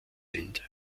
sind